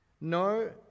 no